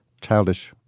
childish